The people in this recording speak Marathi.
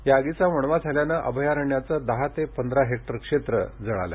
या आगीचा वणवा झाल्याने अभयारण्याचं दहा ते पंधरा हेक्टर क्षेत्र जळालं